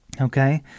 okay